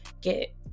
get